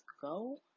go